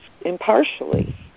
impartially